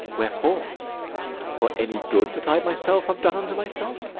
wherefore? for any good that i myself have done unto myself?